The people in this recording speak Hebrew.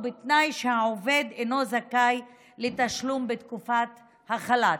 ובתנאי שהעובד אינו זכאי לתשלום בתקופת החל"ת.